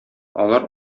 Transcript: алар